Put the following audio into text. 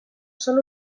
sol